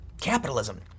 Capitalism